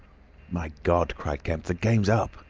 my god! cried kemp, the game's up!